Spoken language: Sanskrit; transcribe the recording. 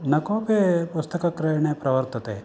न कोपि पुस्तकक्रयणे प्रवर्तते